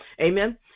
Amen